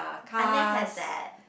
has that